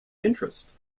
interest